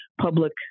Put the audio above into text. public